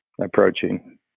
approaching